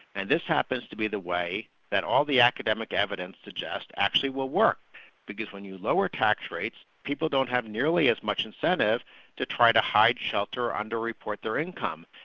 and this happens to be the way that all the academic evidence suggests actually will work because when you lower tax rates, people don't have nearly as much incentive to try to hide shelter or under-report their income.